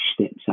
steps